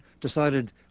decided